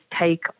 take